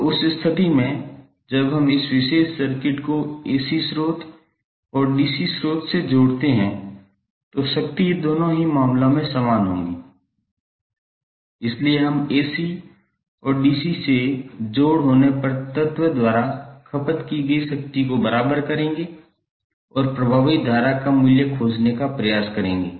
तो उस स्थिति में जब हम इस विशेष सर्किट को AC स्रोत और DC स्रोत से जोड़ते हैं तो शक्ति दोनों ही मामलों में समान होनी चाहिए इसलिए हम AC और DC से जोड़ होने पर तत्व द्वारा खपत की गई शक्ति को बराबर करेंगे और प्रभावी धारा का मूल्य खोजने का प्रयास करेंगे